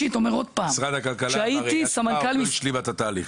משרד הכלכלה, עוד לא השלימה את התהליך.